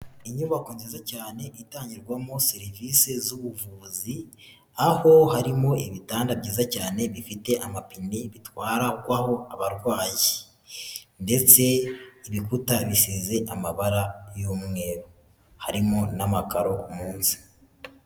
Inyubako nziza cyane itangirwamo serivisi z'ubuvuzi aho harimo ibitanda byiza cyane bifite amapine bitwararwaho abarwayi ndetse ibikuta bisize amabara y'umweru harimo n'amakaro munsi.